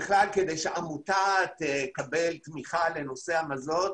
כדי שעמותה תקבל תמיכה לנושא המזון,